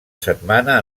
setmana